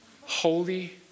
Holy